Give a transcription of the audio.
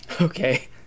okay